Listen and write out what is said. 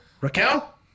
Raquel